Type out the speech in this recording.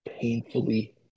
painfully